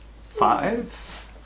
Five